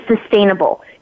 sustainable